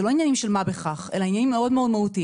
אלה לא עניינים של מה בכך אלא עניינים מאוד מהותיים.